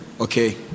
Okay